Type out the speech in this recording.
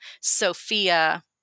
Sophia